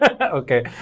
okay